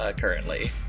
currently